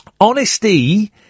honesty